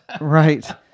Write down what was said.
right